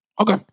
Okay